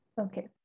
Okay